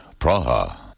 Praha